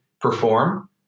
perform